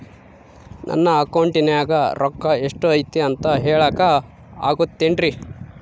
ನನ್ನ ಅಕೌಂಟಿನ್ಯಾಗ ರೊಕ್ಕ ಎಷ್ಟು ಐತಿ ಅಂತ ಹೇಳಕ ಆಗುತ್ತೆನ್ರಿ?